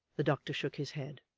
the doctor shook his head.